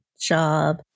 job